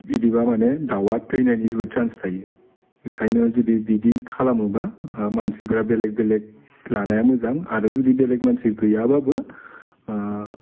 बिदिबा माने दाउवा थैनायनि जोबोद सान्स थायो बिखायनो जुदि बिदि खालामोबा मानसिफोरा बेलेग बेलेग लानाया मोजां आरो जुदि बेलेग मानसि गैयाबाबो